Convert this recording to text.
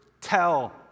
tell